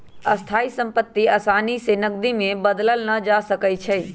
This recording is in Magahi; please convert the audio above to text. स्थाइ सम्पति असानी से नकदी में बदलल न जा सकइ छै